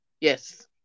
Yes